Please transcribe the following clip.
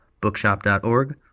bookshop.org